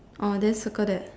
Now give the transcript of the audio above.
orh then circle that